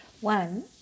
One